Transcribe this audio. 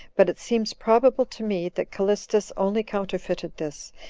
but it seems probable to me that callistus only counterfeited this,